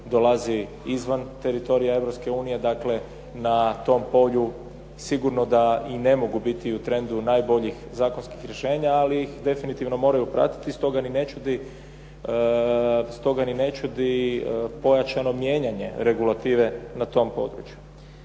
dolazi izvan teritorija Europske unije. Dakle, na tom polju sigurno a i ne mogu biti u trendu najboljih zakonskih rješenja. Ali ih definitivno moraju pratiti. Stoga ni ne čudi pojačano mijenjanje regulative na tom području.